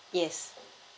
yes